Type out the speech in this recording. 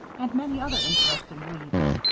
and many other interesting weeds.